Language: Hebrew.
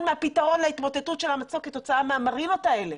מהפתרון להתמוטטות של המצוק כתוצאה מהמרינות האלה.